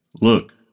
Look